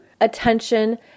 attention